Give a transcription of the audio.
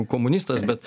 komunistas bet